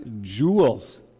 jewels